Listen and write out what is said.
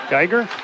Geiger